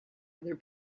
other